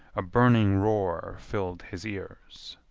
a burning roar filled his ears.